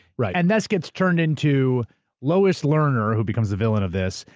right. and this gets turned into lois lerner who becomes a villain of this,